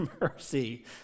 mercy